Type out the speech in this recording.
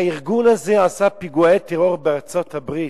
הארגון הזה עשה פיגועי טרור בארצות-הברית,